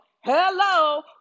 Hello